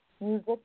music